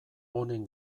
honen